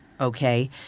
Okay